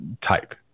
type